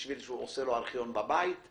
בשביל שהוא יעשה לו ארכיון בבית?